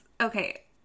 okay